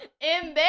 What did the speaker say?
Embarrassed